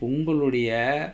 உங்களுடைய:ungaludaiya